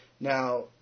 Now